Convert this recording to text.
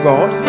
God